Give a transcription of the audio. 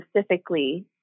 specifically